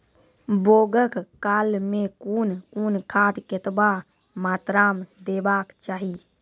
बौगक काल मे कून कून खाद केतबा मात्राम देबाक चाही?